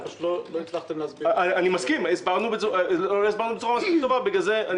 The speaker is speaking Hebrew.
בגלל זה באתי להסביר.